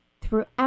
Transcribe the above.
Throughout